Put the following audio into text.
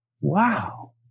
Wow